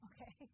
Okay